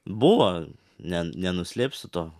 buvo ne nenuslėpsiu to